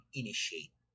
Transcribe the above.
initiate